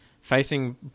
facing